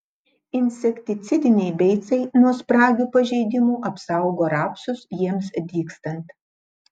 insekticidiniai beicai nuo spragių pažeidimų apsaugo rapsus jiems dygstant